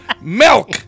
Milk